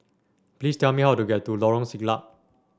please tell me how to get to Lorong Siglap